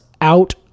out